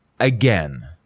Again